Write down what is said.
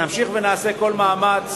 נמשיך ונעשה כל מאמץ